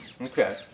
Okay